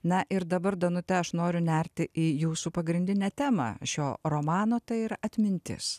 na ir dabar danute aš noriu nerti į jūsų pagrindinę temą šio romano tai yra atmintis